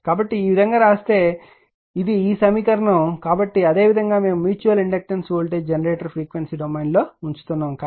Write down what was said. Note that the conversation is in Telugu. కాబట్టి ఈ విధంగా వ్రాస్తే ఇది ఈ సమీకరణం కాబట్టి అదే విధంగా మేము మ్యూచువల్ ఇండక్టెన్స్ వోల్టేజ్ జెనరేటర్ను ఫ్రీక్వెన్సీ డొమైన్లో ఉంచుతున్నాము